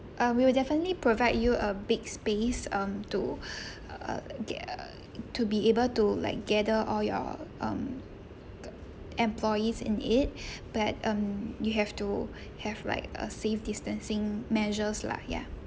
uh we will definitely provide you a big space um to uh ga~ uh to be able to like gather all your um employees in it but um you have to have like a safe distancing measures lah ya